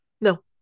No